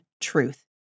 truth